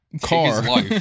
car